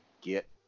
get